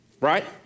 right